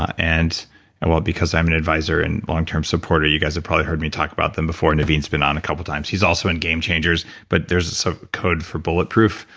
and and well because i'm an advisor and long-term supporter you guys have prolly heard me talk about them before. naveen's been on a couple times, he's also in game changers. but there's a so code for bulletproof,